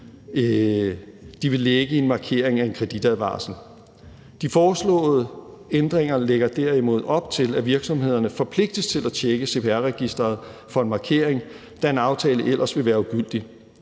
de vil lægge i en markering af en kreditadvarsel. Kl. 18:03 De foreslåede ændringer lægger derimod op til, at virksomhederne forpligtes til at tjekke CPR-registeret for en markering, da en aftale ellers ville være ugyldig.